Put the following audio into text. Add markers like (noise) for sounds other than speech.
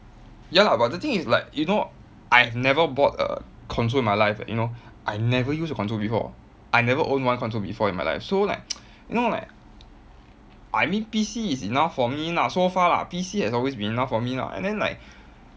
ya lah but the thing is like you know I have never bought a console in my life eh you know I never use a console before I never own one console before in my life so like (noise) you know like I mean P_C is enough for me lah so far lah P_C has always been enough for me lah and then like